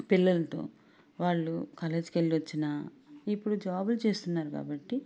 పిల్లలతో వాళ్ళు కాలేజ్ కెళ్ళొచ్చినా ఇప్పుడు జాబులు చేస్తున్నారు కాబట్టి